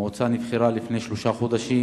המועצה נבחרה לפני שלושה חודשים,